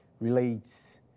relates